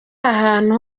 ahantu